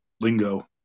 lingo